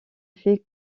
fait